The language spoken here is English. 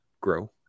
grow